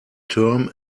term